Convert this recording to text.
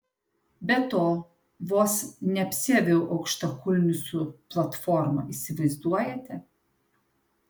be to vos neapsiaviau aukštakulnių su platforma įsivaizduojate